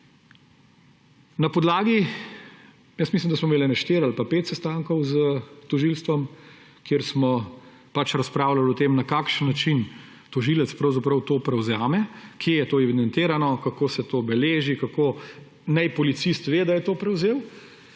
Jaz mislim, da smo imeli štiri ali pet sestankov s tožilstvom, kjer smo razpravljali o tem, na kakšen način tožilec pravzaprav to prevzame, kje je to evidentirano, kako se to beleži, kako naj policist ve, da je to prevzel,